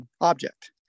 object